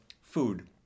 food